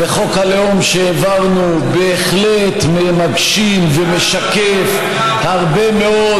וחוק הלאום שהעברנו בהחלט מגשים ומשקף הרבה מאוד